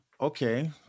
okay